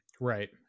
right